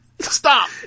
Stop